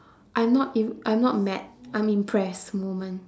I'm not even I'm not mad I'm impressed moment